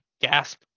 gasp